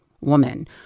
woman